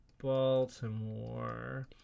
baltimore